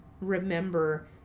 remember